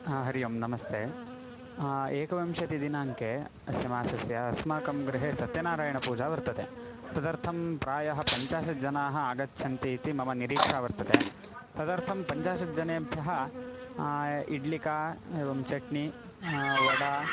हा हरिः ओं नमस्ते एकविंशतिदिनाङ्के अस्य मासस्य अस्माकं गृहे सत्यनारायणपूजा वर्तते तदर्थं प्रायः पञ्चाशत् जनाः आगच्छन्ति इति मम निरीक्षा वर्तते तदर्थं पञ्चाशत् जनेभ्यः इड्लिका एवं चट्नी वडा